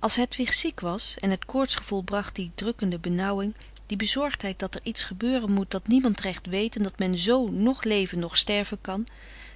als hedwig ziek was en het koortsgevoel bracht die drukkende benauwing die bezorgdheid dat er iets gebeuren moet dat niemand recht weet en dat men z noch leven noch sterven kan